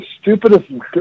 stupidest